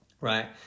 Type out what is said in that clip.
right